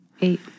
Eight